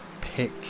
pick